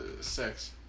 sex